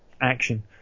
action